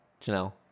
janelle